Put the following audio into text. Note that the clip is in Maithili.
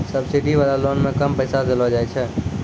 सब्सिडी वाला लोन मे कम पैसा देलो जाय छै